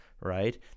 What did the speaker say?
right